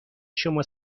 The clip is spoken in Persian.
شما